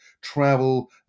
travel